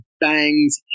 bangs